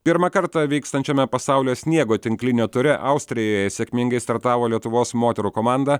pirmą kartą vykstančiame pasaulio sniego tinklinio ture austrijoje sėkmingai startavo lietuvos moterų komanda